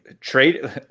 trade